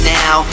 now